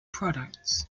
products